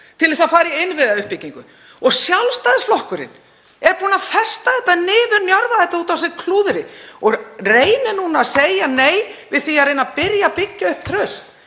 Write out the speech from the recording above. til þess að fara í innviðauppbyggingu. Sjálfstæðisflokkurinn er búinn að festa þetta, niðurnjörva þetta út af þessu klúðri og reynir núna að segja nei við því að reyna að byrja að byggja upp traust.